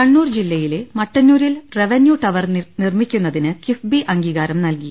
കണ്ണൂർ ജില്ലയിലെ മട്ടന്നൂരിൽ revenue tower നിർമ്മിക്കുന്നതിന് കിഫ്ബി അംഗീകാരം നല്കി